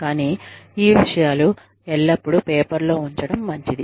కానీ ఈ విషయాలు ఎల్లప్పుడూ పేపెర్ లో ఉంచడం మంచిది